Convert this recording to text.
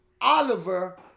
Oliver